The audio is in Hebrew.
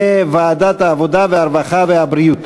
בוועדת העבודה, הרווחה והבריאות.